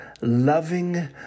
Loving